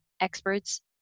experts